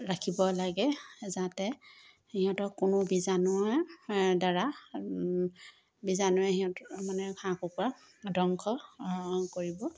ৰাখিব লাগে যাতে সিহঁতক কোনো বীজাণুৱে দ্বাৰা বীজাণুৱে সিহঁতৰ মানে হাঁহ কুকুৰা ধ্বংস কৰিব